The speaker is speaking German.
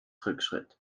rückschritt